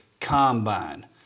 combine